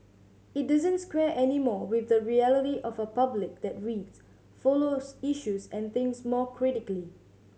it doesn't square anymore with the reality of a public that reads follows issues and thinks more critically